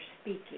speaking